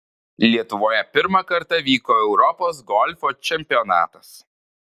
lietuvoje pirmą kartą vyko europos golfo čempionatas